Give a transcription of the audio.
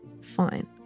fine